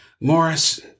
Morris